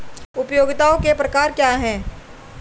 उपयोगिताओं के प्रकार क्या हैं?